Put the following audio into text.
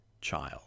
child